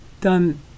done